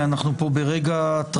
בית המשפט העליון?